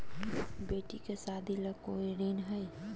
बेटी के सादी ला कोई ऋण हई?